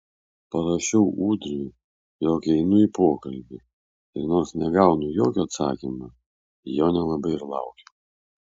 parašau ūdriui jog einu į pokalbį ir nors negaunu jokio atsakymo jo nelabai ir laukiu